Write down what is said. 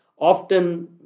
Often